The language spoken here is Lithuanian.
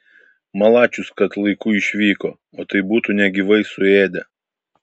malačius kad laiku išvyko o tai būtų negyvai suėdę